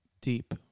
Deep